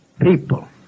people